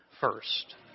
first